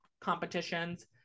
competitions